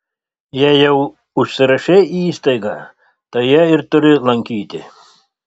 jei jau užsirašei į įstaigą tai ją ir turi lankyti